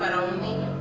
but only